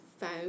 phone